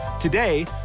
Today